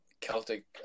Celtic